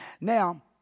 Now